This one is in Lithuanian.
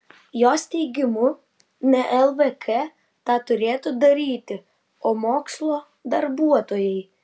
jos teigimu ne lvk tą turėtų daryti o mokslo darbuotojai